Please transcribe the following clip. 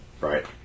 Right